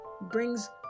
brings